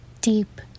deep